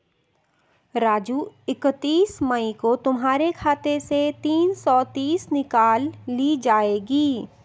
राजू इकतीस मई को तुम्हारे खाते से तीन सौ तीस निकाल ली जाएगी